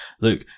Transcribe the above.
look